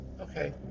okay